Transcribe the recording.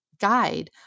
guide